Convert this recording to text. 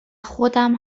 خودم